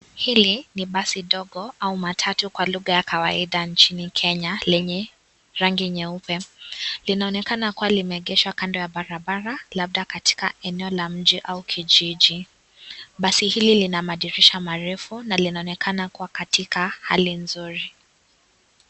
Hili ni basi ndogo au matatu kwa lugha ya kawaida nchini kenya lenye rangi nyeupe. Linaonekana kuwa limeegeshwa kando ya barabara labda katika eneo la mji au kijiji. Basi hili lina madirisha marefu na linaonekana katika hali mzuri.